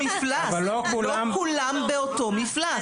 לא כולם באותו מפלס.